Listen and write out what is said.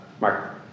Mark